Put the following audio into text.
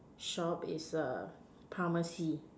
shop is err pharmacy